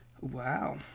Wow